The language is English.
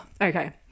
Okay